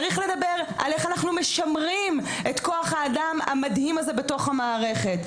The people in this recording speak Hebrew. צריך לדבר על איך משמרים את כוח האדם המדהים הזה בתוך המערכת.